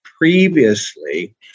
previously